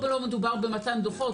פה לא מדובר במתן דוחות,